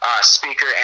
speaker